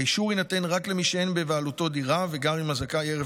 האישור יינתן רק למי שאין בבעלותו דירה וגר עם הזכאי ערב